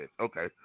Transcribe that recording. Okay